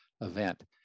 event